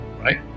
right